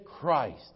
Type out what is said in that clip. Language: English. Christ